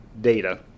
data